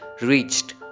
reached